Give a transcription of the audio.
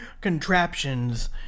contraptions